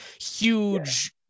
huge